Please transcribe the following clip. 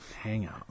Hangout